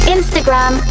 Instagram